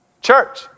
Church